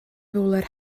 fowler